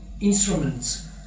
instruments